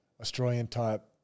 Australian-type